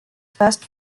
first